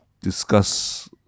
discuss